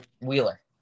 Wheeler